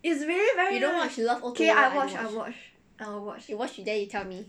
you don't watch love O two O okay you watch then you tell me